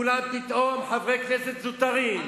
כולם פתאום חברי כנסת זוטרים,